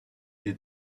des